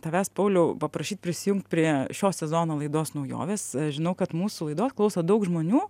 tavęs pauliau paprašyt prisijungt prie šio sezono laidos naujovės žinau kad mūsų laidos klauso daug žmonių